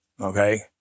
Okay